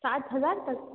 सात हज़ार तक